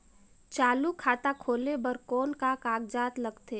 चालू खाता खोले बर कौन का कागजात लगथे?